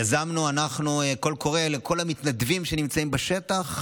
יזמנו אנחנו קול קורא לכל המתנדבים שנמצאים בשטח,